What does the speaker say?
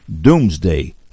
Doomsday